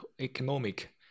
economic